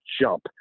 jump